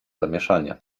zamieszanie